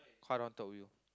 cause I don't want talk with you